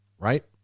right